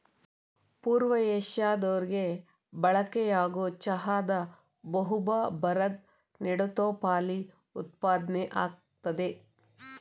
ಪೂರ್ವ ಏಷ್ಯಾದ ಹೊರ್ಗೆ ಬಳಕೆಯಾಗೊ ಚಹಾದ ಬಹುಭಾ ಭಾರದ್ ನೆಡುತೋಪಲ್ಲಿ ಉತ್ಪಾದ್ನೆ ಆಗ್ತದೆ